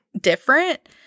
different